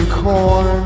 corn